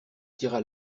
tira